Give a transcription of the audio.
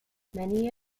many